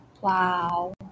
Wow